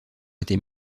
était